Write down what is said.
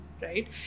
right